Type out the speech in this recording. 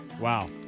Wow